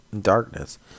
darkness